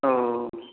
ओऽ